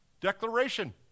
declaration